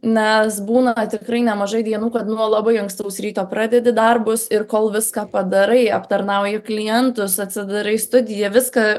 nes būna tikrai nemažai dienų kad nuo labai ankstaus ryto pradedi darbus ir kol viską padarai aptarnauji klientus atsidarai studiją viską